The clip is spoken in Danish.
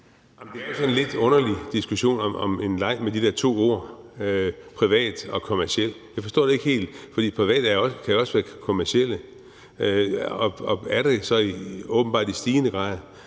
Det er jo en sådan lidt underlig diskussion om en leg med de to ord privat og kommerciel. Jeg forstår det ikke helt, for private kan også være kommercielle og er det åbenbart i stigende grad.